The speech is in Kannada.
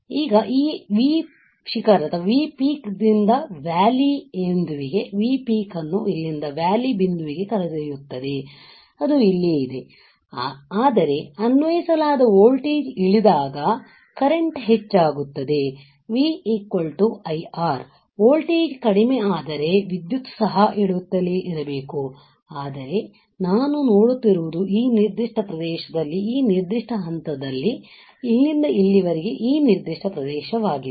ಈಗ ಅದು V peak ದಿಂದ ವ್ಯಾಲಿ ಬಿಂದುವಿಗೆ V peak ನ್ನು ಇಲ್ಲಿಂದ ವ್ಯಾಲಿ ಬಿಂದುವಿಗೆ ಕರೆದೊಯ್ಯುತ್ತದೆ ಅದು ಇಲ್ಲಿಯೇ ಇದೆ ಆದರೆ ಅನ್ವಯಿಸಲಾದ ವೋಲ್ಟೇಜ್ ಇಳಿದಾಗ ಕರೆಂಟ್ ಹೆಚ್ಚಾಗುತ್ತದೆ V IR ವೋಲ್ಟೇಜ್ ಕಡಿಮೆ ಆದರೆ ವಿದ್ಯುತ್ ಸಹ ಇಳಿಯುತ್ತಲೇ ಇರಬೇಕು ಆದರೆ ನಾನು ನೋಡುತ್ತಿರುವುದು ಈ ನಿರ್ದಿಷ್ಟ ಪ್ರದೇಶದಲ್ಲಿ ಈ ನಿರ್ದಿಷ್ಟ ಹಂತದಲ್ಲಿ ಇಲ್ಲಿಂದ ಇಲ್ಲಿವರೆಗೆ ಈ ನಿರ್ದಿಷ್ಟ ಪ್ರದೇಶವಾಗಿದೆ